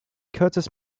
curtis